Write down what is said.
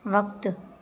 वक़्तु